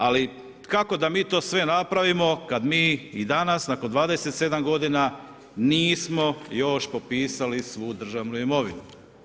Ali kako da mi to sve napravimo kad mi i danas nakon 27 godina nismo još popisali svu državnu imovinu.